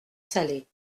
salée